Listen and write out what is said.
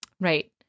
Right